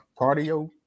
cardio